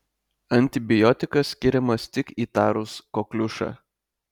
antibiotikas skiriamas tik įtarus kokliušą